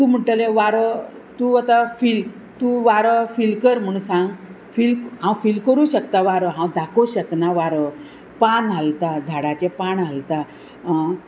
म्हणटलें वारो तूं आतां फील तूं वारो फील कर म्हूण सांग फील हांव फील करूं शकतां वारो हांव दाखोवं शकनां वारो पान हालता झाडाचें पान हालता